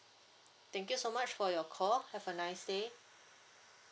thank you so much for your call have a nice day